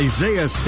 Isaiah